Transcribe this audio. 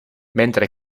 mentre